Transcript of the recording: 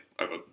over